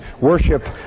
worship